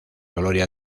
gloria